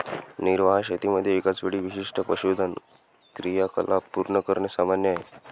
निर्वाह शेतीमध्ये एकाच वेळी विशिष्ट पशुधन क्रियाकलाप पूर्ण करणे सामान्य आहे